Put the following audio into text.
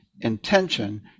intention